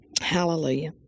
Hallelujah